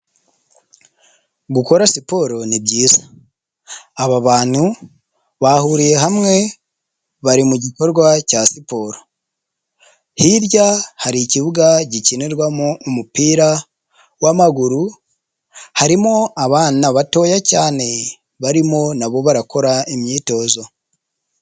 Gukora siporo ni byiza aba bantu bahuriye hamwe bari mu gikorwa cya siporo, hirya hari ikibuga gikinirwamo umupira w'amaguru harimo abana batoya cyane barimo nabo barakora imyitozo.